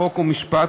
חוק ומשפט,